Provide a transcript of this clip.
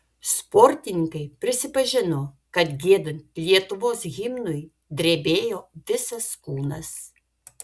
sportininkai prisipažino kad giedant lietuvos himnui drebėjo visas kūnas